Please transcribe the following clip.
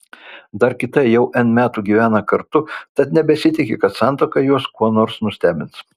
dar kita jau n metų gyvena kartu tad nebesitiki kad santuoka juos kuo nors nustebins